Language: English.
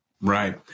Right